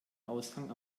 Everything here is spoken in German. aushang